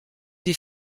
des